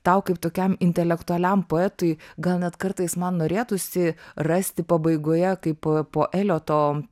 tau kaip tokiam intelektualiam poetui gal net kartais man norėtųsi rasti pabaigoje kaip po elioto